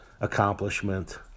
accomplishment